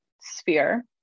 sphere